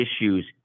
issues